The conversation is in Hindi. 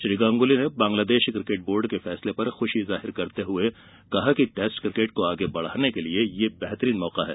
श्री गांगुली ने बांग्लादेश किकेट बोर्ड के फैसले पर खुशी जाहिर करते हुए कहा कि टेस्ट क्रिकेट को आगे बढ़ाने के लिए यह बेहतरीन मौका है